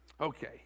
Okay